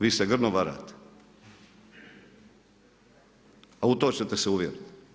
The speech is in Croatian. Vi se grdno varate a u to ćete se uvjeriti.